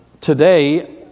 Today